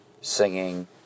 singing